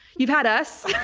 you've had us.